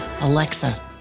Alexa